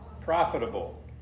Profitable